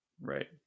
Right